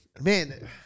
man